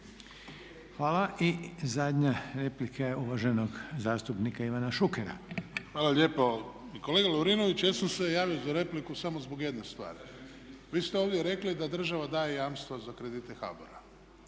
Hvala. I zadnja replika je uvaženog zastupnika Ivana Šukera. **Šuker, Ivan (HDZ)** Hvala lijepo. Kolega Lovrinoviću ja sam se javio za repliku samo zbog jedne stvari. Vi ste ovdje rekli da država daje jamstva za kredite HBOR-a.